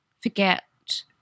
forget